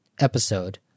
episode